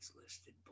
listed